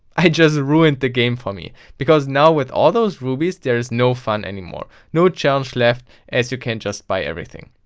i just ruined the game for me. because now with all those rubies, there is no fun anymore, no challenge left as you can just buy everything.